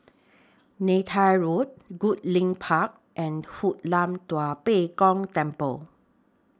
Neythai Road Goodlink Park and Hoon Lam Tua Pek Kong Temple